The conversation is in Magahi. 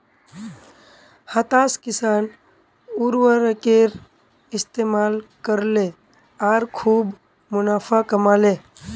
हताश किसान उर्वरकेर इस्तमाल करले आर खूब मुनाफ़ा कमा ले